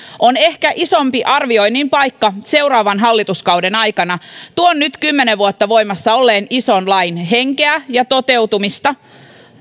on ehkä isompi arvioinnin paikka seuraavan hallituskauden aikana tuon nyt kymmenen vuotta voimassa olleen ison lain henkeä ja toteutumista